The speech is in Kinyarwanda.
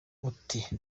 ati